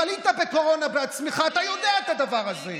חלית בקורונה בעצמך, אתה יודע את הדבר הזה.